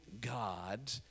God